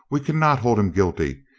we can not hold him guilty.